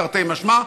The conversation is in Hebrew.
תרתי משמע,